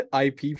IP